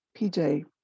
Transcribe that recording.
PJ